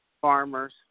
farmers